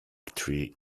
tree